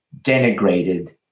denigrated